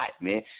man